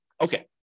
Okay